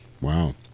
Wow